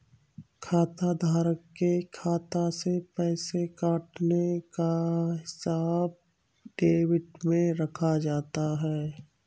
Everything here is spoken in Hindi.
खाताधारक के खाता से पैसे कटने का हिसाब डेबिट में रखा जाता है